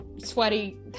sweaty